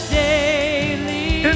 daily